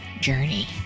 journey